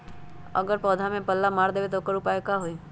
अगर पौधा में पल्ला मार देबे त औकर उपाय का होई?